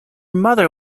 mother